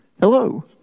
Hello